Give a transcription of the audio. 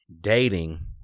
dating